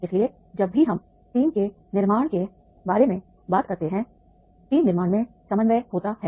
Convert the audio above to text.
इसलिए जब भी हम टीम के निर्माण के बारे में बात करते हैं टीम निर्माण में समन्वय होता है